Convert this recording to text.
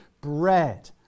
bread